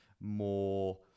more